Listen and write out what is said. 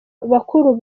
bakuru